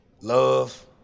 Love